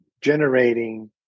generating